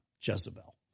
Jezebel